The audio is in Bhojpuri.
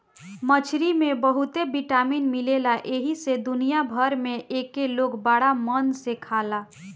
मछरी में बहुते विटामिन मिलेला एही से दुनिया भर में एके लोग बड़ा मन से खाला